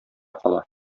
кала